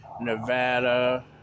Nevada